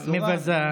מבזה.